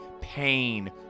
Pain